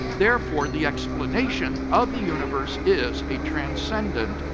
therefore, the explanation of the universe is a transcendent,